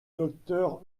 docteur